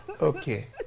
Okay